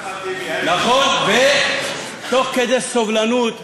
נכון, ותוך כדי סובלנות ופלורליזם,